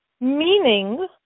meaning